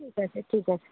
ঠিক আছে ঠিক আছে